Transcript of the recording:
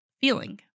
feeling